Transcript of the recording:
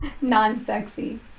non-sexy